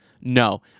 No